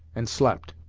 and slept.